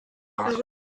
bains